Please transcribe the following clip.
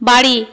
বাড়ি